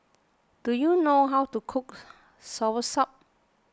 do you know how to cook Soursop